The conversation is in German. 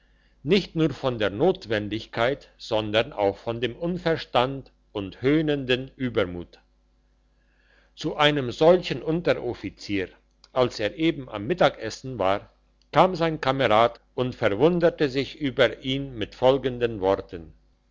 nicht nur von der notwendigkeit sondern auch von dem unverstand und höhnendem übermut zu einem solchen unteroffizier als er eben am mittagessen war kam sein kamerad und verwunderte sich über ihn mit folgenden worten